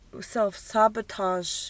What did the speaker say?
self-sabotage